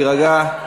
להירגע.